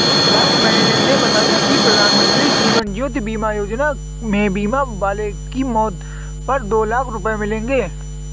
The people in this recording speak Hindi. बैंक मैनेजर ने बताया कि प्रधानमंत्री जीवन ज्योति बीमा योजना में बीमा वाले की मौत पर दो लाख रूपये मिलेंगे